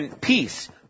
peace